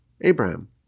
Abraham